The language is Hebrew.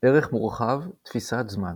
ערך מורחב – תפיסת זמן